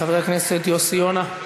חבר הכנסת יוסי יונה.